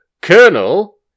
Colonel